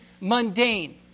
mundane